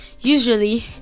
usually